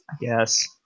Yes